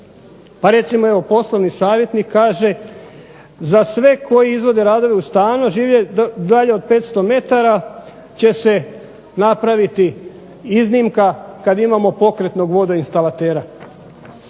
Pa recimo evo poslovni savjetnik kaže, za sve koje izvode radove u stanu a žive dalje od 500 m će se napraviti iznimka kada imamo pokretnog vodoinstalatera.